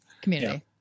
community